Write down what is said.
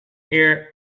ear